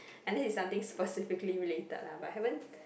unless it's something specifically related lah but haven't